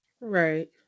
Right